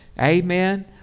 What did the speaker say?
Amen